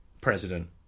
President